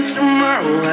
Tomorrow